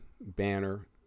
banner